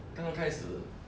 刚开始